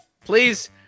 Please